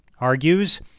argues